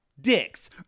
dicks